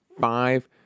five